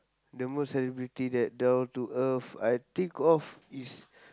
the most celebrity that down to earth I think of is